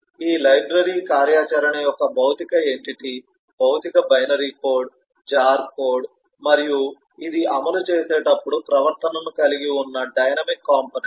ఈ లైబ్రరీ కార్యాచరణ యొక్క భౌతిక ఎంటిటీ భౌతిక బైనరీ కోడ్ జార్ కోడ్ మరియు ఇది అమలు చేసేటప్పుడు ప్రవర్తనను కలిగి ఉన్న డైనమిక్ కాంపోనెంట్